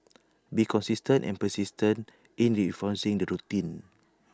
be consistent and persistent in reinforcing the routine